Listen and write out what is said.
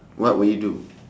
what would you do